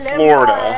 Florida